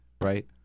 right